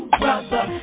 brother